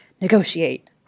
negotiate